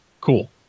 cool